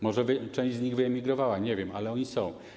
Może część z nich wyemigrowała, nie wiem, ale oni są.